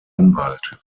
anwalt